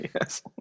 Yes